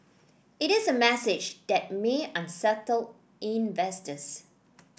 it is a message that may unsettle investors